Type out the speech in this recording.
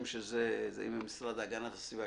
אם המשרד להגנת הסביבה,